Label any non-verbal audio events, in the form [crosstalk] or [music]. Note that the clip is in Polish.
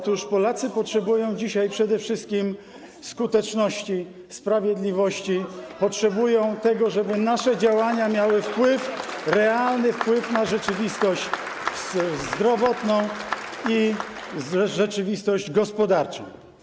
Otóż Polacy potrzebują dzisiaj przede wszystkim skuteczności, sprawiedliwości, potrzebują tego, żeby nasze działania miały wpływ, [applause] realny wpływ na rzeczywistość zdrowotną i rzeczywistość gospodarczą.